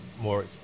more